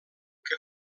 que